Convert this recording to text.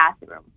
bathroom